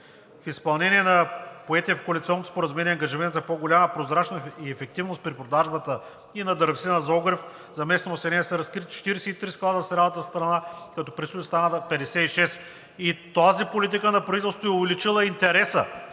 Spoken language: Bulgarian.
В изпълнение на поетия в коалиционното споразумение ангажимент за по-голяма прозрачност и ефективност при продажбата и на дървесина за огрев за местното население са разкрити 43 склада в цялата страна, като предстои да станат 56. И тази политика на правителството е увеличила интереса